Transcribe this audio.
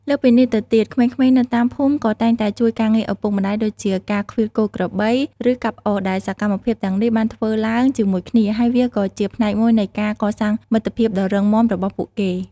លើសពីនេះទៅទៀត ក្មេងៗនៅតាមភូមិក៏តែងតែជួយការងារឪពុកម្តាយដូចជាការឃ្វាលគោក្របី ឬកាប់អុសដែលសកម្មភាពទាំងនេះបានធ្វើឡើងជាមួយគ្នា ហើយវាគឺជាផ្នែកមួយនៃការកសាងមិត្តភាពដ៏រឹងមាំរបស់ពួកគេ។